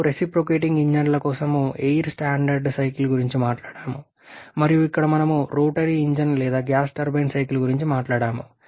మీరు రెసిప్రొకేటింగ్ ఇంజిన్ల కోసం ఎయిర్ స్టాండర్డ్ సైకిల్ గురించి మాట్లాడాము మరియు ఇక్కడ మేము రోటరీ ఇంజిన్ లేదా గ్యాస్ టర్బైన్ సైకిల్ గురించి మాట్లాడాము